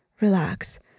relax